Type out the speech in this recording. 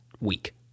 week